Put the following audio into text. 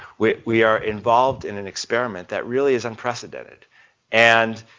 we we are involved in an experiment that really is unprecedented and,